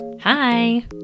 Hi